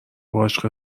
باهاش